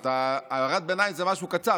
הערת ביניים היא משהו קצר,